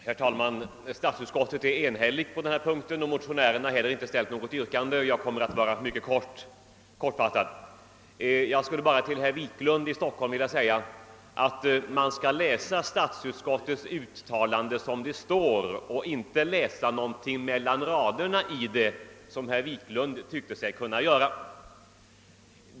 Herr talman! Statsutskottet är enhälligt på denna punkt och motionärerna har inte heller ställt något yrkande. För min del kommer jag att vara mycket kortfattad. Till herr Wiklund i Stockholm vill jag säga att man skall läsa statsutskottets uttalande exakt som det är skrivet och inte läsa någonting mellan raderna, som herr Wiklund ansåg sig kunna göra.